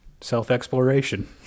self-exploration